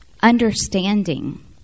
understanding